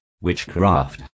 witchcraft